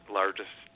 largest